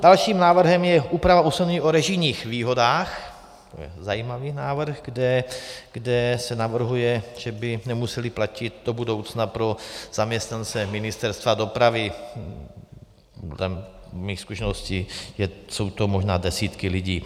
Dalším návrhem je úprava ustanovení o režijních výhodách, to je zajímavý návrh, kde se navrhuje, že by nemusely platit do budoucna pro zaměstnance Ministerstva dopravy, dle mých zkušeností jsou to možná desítky lidí.